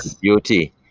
beauty